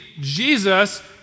Jesus